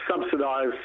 subsidise